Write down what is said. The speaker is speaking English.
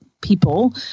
people